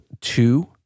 two